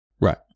Right